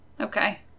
Okay